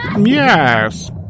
Yes